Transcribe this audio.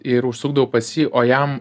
ir užsukdavau pas jį o jam